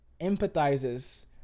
empathizes